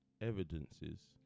evidences